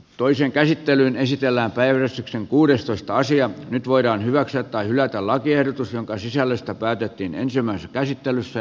toisen käsittelyn esitellään päivystyksen kuudestoista sija nyt voidaan hyväksyä tai hylätä lakiehdotus jonka sisällöstä päätettiin ensimmäisessä käsittelyssä